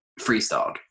Freestyled